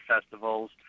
festivals